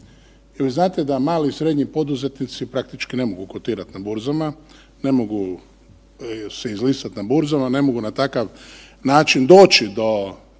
vi znate da mali i srednji poduzetnici praktički ne mogu kotirat na burzama, ne mogu se izlistat na burzama, ne mogu na takav način doći do